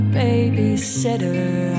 babysitter